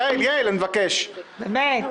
באמת,